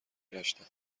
گشتم